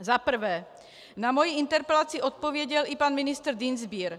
Za prvé, na moji interpelaci odpověděl i pan ministr Dienstbier.